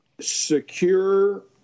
Secure